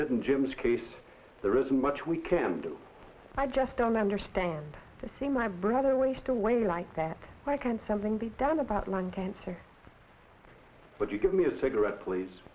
didn't jim's case there isn't much we can do i just don't understand to see my brother waste away like that why can't something be done about lung cancer but you give me a cigarette please